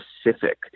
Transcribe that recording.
specific